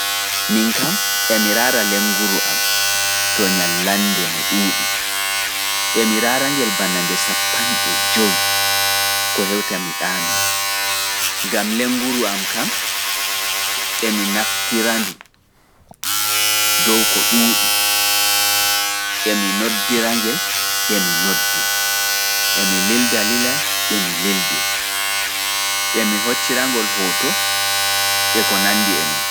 Emi raara lenguru am to nyalaande no ɗuuɗi.emi raara ngelbana nde sappanɗe jowi(fifty) ko hewta mi ɗaano.